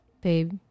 babe